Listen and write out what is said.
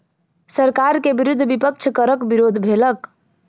सरकार के विरुद्ध विपक्ष करक विरोध केलक